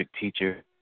teacher